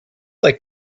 like